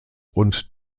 und